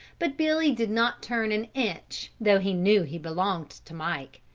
but billy did not turn an inch though he knew he belonged to mike.